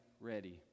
ready